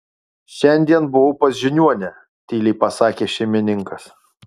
šiandien buvau pas žiniuonę tyliai pasakė šeimininkas